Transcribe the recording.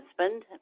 husband